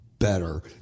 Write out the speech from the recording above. Better